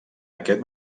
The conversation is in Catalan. aquest